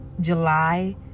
July